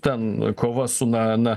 ten kova su na na